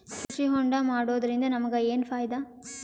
ಕೃಷಿ ಹೋಂಡಾ ಮಾಡೋದ್ರಿಂದ ನಮಗ ಏನ್ ಫಾಯಿದಾ?